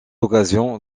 occasion